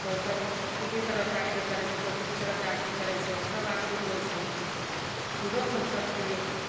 कोइ किसी तरहके आरती करय छै कोइ किसी तरहके आरती करय छै सब आरती हुबय छै हमरो सबके करितियइ